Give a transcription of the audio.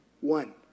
One